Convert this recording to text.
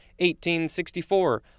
1864